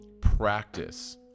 practice